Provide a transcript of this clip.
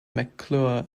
mcclure